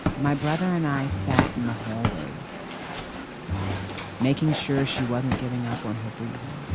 my brother and i sat in the hallways making sure she wasn't giving up on her breathing